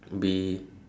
be